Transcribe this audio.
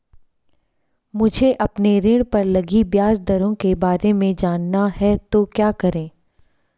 मुझे अपने ऋण पर लगी ब्याज दरों के बारे में जानना है तो क्या करें?